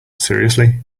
seriously